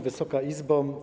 Wysoka Izbo!